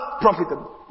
profitable